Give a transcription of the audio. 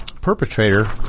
perpetrator